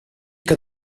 que